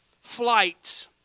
flight